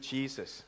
Jesus